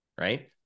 right